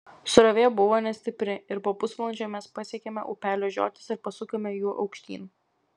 srovė buvo nestipri ir po pusvalandžio mes pasiekėme upelio žiotis ir pasukome juo aukštyn